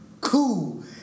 Cool